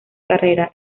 carrera